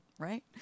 right